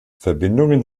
verbindungen